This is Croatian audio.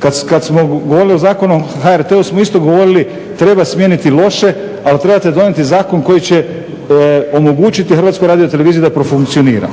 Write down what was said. Kada smo govorili o Zakonu o HRT-u smo isto govorili treba smijeniti loše ali trebate donijeti zakon koji će omogućiti Hrvatskoj radioteleviziji da profunkcionira.